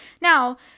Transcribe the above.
Now